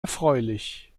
erfreulich